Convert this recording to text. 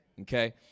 Okay